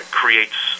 creates